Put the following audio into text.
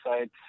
sites